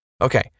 Okay